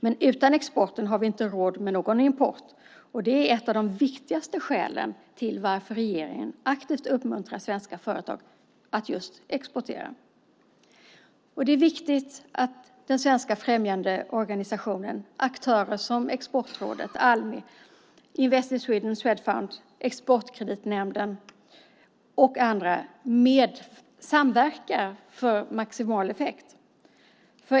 Men utan exporten har vi inte råd med någon import. Det är ett av de viktigaste skälen till varför regeringen aktivt uppmuntrar svenska företag att exportera. Det är viktigt att den svenska främjandeorganisationen, aktörer som Exportrådet, Almi, Invest in Sweden, Swedfund, Exportkreditnämnden och andra, samverkar för maximal effekt.